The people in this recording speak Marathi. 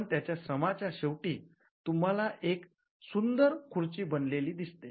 पण त्याच्या श्रमाच्या शेवटी तुम्हाला एक सुंदर खुर्ची बनवलेली दिसते